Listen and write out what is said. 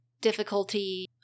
difficulty